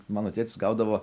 mano tėtis gaudavo